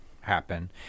happen